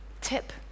tip